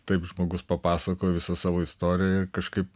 taip žmogus papasakojo visą savo istoriją ir kažkaip